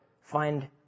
find